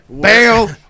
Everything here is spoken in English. Bail